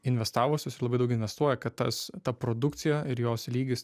investavusios ir labai daug investuoja kad tas ta produkcija ir jos lygis